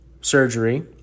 surgery